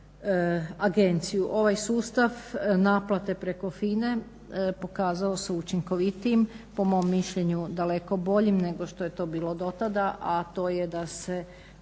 agenciju. Ovaj sustav naplate preko FINA -e pokazao se učinkovitijim po mom mišljenju daleko boljim nego što je to bilo do tada, a to je da se